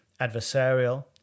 adversarial